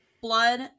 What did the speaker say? blood